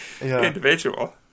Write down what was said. individual